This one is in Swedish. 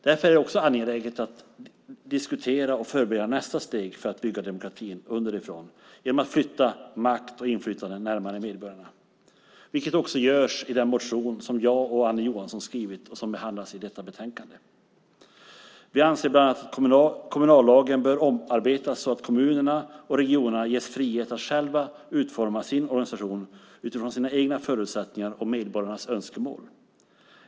Därför är det också angeläget att diskutera och förbereda nästa steg för att bygga demokratin underifrån genom att flytta makt och inflytande närmare medborgarna. Detta görs också i den motion som jag och Annie Johansson har skrivit och som behandlas i detta betänkande. Vi anser bland annat att kommunallagen bör omarbetas så att kommunerna och regionerna ges frihet att själva utforma sin organisation utifrån sina egna förutsättningar och medborgarnas önskemål.